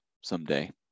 someday